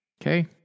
Okay